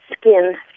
skin